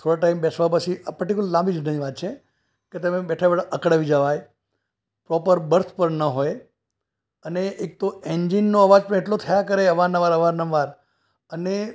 થોડા ટાઇમ બેસવા પછી આ પર્ટિક્યુલર લાંબી જર્નીની વાત છે કે તમે બેઠાં બેઠાં અકળાઈ જવાય પ્રોપર બર્થ પણ ના હોય અને એક તો ઍન્જિનનો અવાજ પણ એટલો થયા કરે અવાર નવાર અવાર નવાર અને